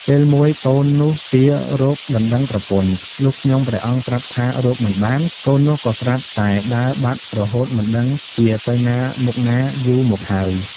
ពេលមួយកូននោះទាររកដណ្ដឹងប្រពន្ធ លុះខ្ញុំព្រះអង្គប្រាប់ថារកមិនបាន កូននោះក៏ស្រាប់តែដើរបាត់រហូតមិនដឹងជាទៅណាមកណាយូរមកហើយ ។